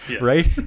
Right